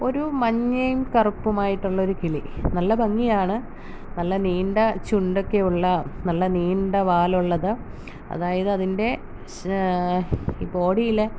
ഒരു മഞ്ഞയും കറുപ്പുമായിട്ട് ഉള്ളൊരു കിളി നല്ല ഭംഗിയാണ് നല്ല നീണ്ട ചുണ്ടൊക്കെ ഉള്ള നല്ല നീണ്ട വാലുള്ളത് അതായത് അതിൻ്റെ ഷേ ബോഡിയിലെ